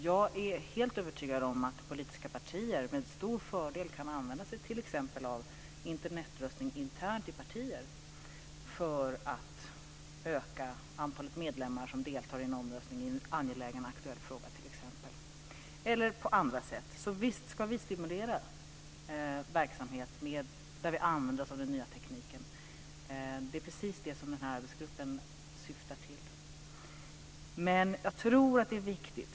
Jag är helt övertygad om att politiska partier med stor fördel kan använda sig av Internetröstning internt inom partiet för att öka antalet medlemmar som deltar i en omröstning i en angelägen aktuell fråga. Visst ska vi stimulera verksamhet där man använder sig av den nya tekniken. Det är precis det som arbetsgruppen syftar till.